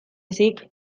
ezik